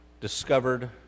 discovered